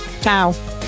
Ciao